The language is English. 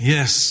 Yes